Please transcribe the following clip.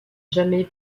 jamais